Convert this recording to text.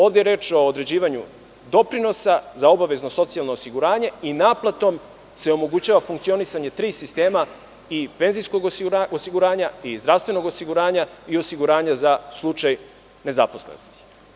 Ovde je reč o određivanju doprinosa za obavezno socijalno osiguranje i naplatom se omogućava funkcionisanje tri sistema i penzijskog osiguranja, zdravstvenog osiguranja i osiguranja za slučaj nezaposlenosti.